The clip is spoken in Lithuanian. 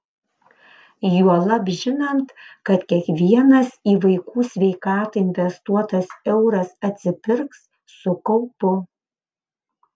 juolab žinant kad kiekvienas į vaikų sveikatą investuotas euras atsipirks su kaupu